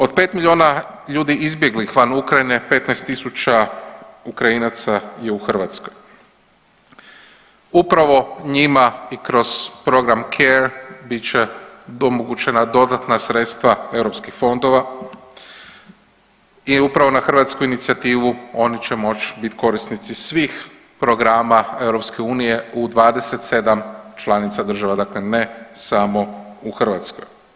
Od 5 milijuna ljudi izbjeglih van Ukrajine 15.000 Ukrajinaca je u Hrvatskoj, upravo njima i kroz program CARE bit će omogućena dodatna sredstva europskih fondova i upravo na hrvatsku inicijativu oni će moć bit korisnici svih programa EU u 27 članica država, dakle ne samo u Hrvatskoj.